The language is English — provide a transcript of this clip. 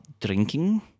drinking